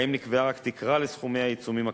שבהם נקבעה רק תקרה לסכומי העיצומים הכספיים.